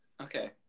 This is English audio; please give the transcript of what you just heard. Okay